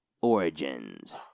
Origins